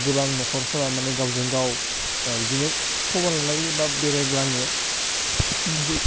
गोबां नखरफोरा माने गावजों गाव बिदिनो खबर लालायो बा बेरायग्लाङो फिफोरनोसै